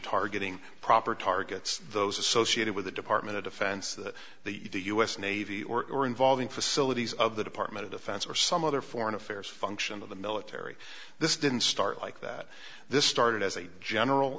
targeting proper targets those associated with the department of defense that the u s navy or involving facilities of the department of defense or some other foreign affairs function of the military this didn't start like that this started as a general